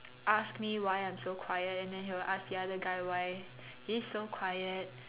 asked me why I'm so quiet and then he will ask the other guy why he's so quiet